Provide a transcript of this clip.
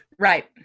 Right